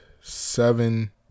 seven